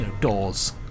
doors